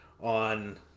on